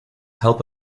help